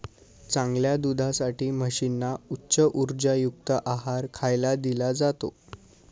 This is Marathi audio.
चांगल्या दुधासाठी म्हशींना उच्च उर्जायुक्त आहार खायला दिला जातो